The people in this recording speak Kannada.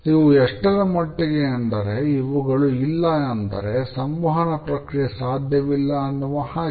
ಇವು ಎಷ್ಟರ ಮಟ್ಟಿಗೆ ಅಂದರೆ ಇವುಗಳು ಇಲ್ಲ ಅಂದರೆ ಸಂವಹನ ಪ್ರಕ್ರಿಯೆ ಸಾಧ್ಯವಿಲ್ಲ ಅನ್ನುವ ಹಾಗೆ